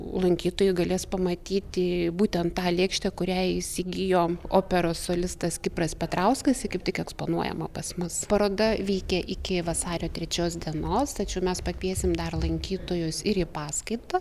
lankytojai galės pamatyti būtent tą lėkštę kurią įsigijo operos solistas kipras petrauskas ji kaip tik eksponuojama pas mus paroda veikia iki vasario trečios dienos tačiau mes pakviesim dar lankytojus ir į paskaitą